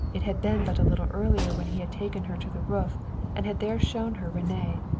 it had been but a little earlier when he had taken her to the roof and had there shown her rene,